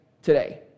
today